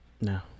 No